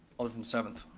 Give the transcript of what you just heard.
alder from the seventh.